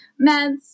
meds